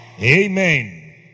Amen